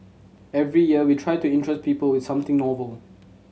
every year we try to interest people with something novel